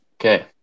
Okay